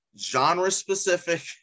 genre-specific